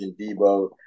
Debo